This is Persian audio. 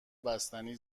بستنیم